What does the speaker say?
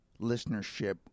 listenership